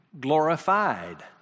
glorified